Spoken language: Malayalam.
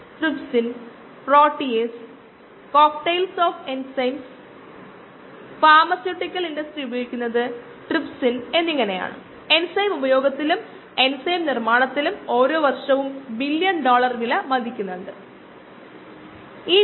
Km വേഴ്സസ് I ന്റെ പ്ലോട്ടിൽ നിന്ന് സമവാക്യം y 0